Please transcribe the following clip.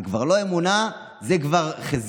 זאת כבר לא אמונה, זה כבר חיזיון.